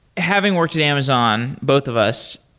having worked at amazon, both of us,